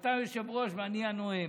אתה היושב-ראש ואני הנואם,